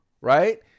right